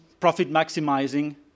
profit-maximizing